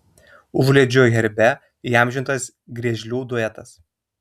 užliedžių herbe įamžintas griežlių duetas